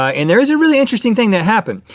ah and there is a really interesting thing that happened,